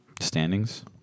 standings